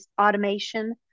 automation